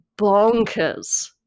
bonkers